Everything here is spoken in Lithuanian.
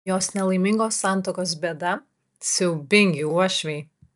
jos nelaimingos santuokos bėda siaubingi uošviai